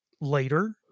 later